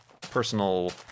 personal